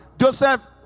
Joseph